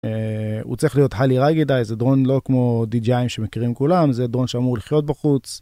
הוא צריך להיות highly ruggedized, זה drone לא כמו DJIים שמכירים כולם זה drone שאמור לחיות בחוץ.